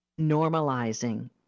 normalizing